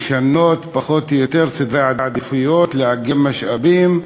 לשנות, פחות או יותר, סדרי עדיפויות, לאגם משאבים,